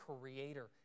creator